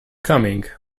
coming